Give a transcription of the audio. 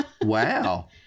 Wow